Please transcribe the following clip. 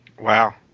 Wow